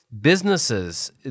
businesses